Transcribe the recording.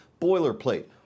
boilerplate